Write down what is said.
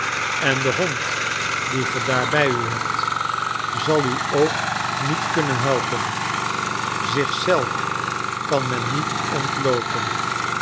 en de hond dien ge daar bij u hebt zal u ook niet kunnen helpen zich zelf kan men niet ontloopen